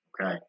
okay